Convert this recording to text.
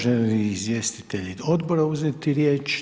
Želi li izvjestitelj odbora uzeti riječ?